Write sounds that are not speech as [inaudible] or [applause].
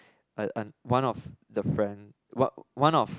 [noise] one of the friend one one of